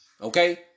okay